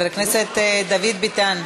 חבר הכנסת דוד ביטן.